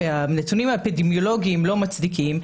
הנתונים האפידמיולוגיים לא מצדיקים,